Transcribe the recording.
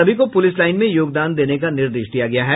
सभी को police line में योगदान देने का निर्देश दिया गया है